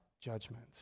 judgment